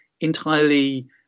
entirely